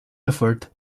effort